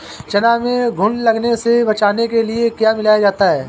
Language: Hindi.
चना में घुन लगने से बचाने के लिए क्या मिलाया जाता है?